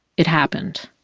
it happened.